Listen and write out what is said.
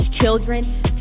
children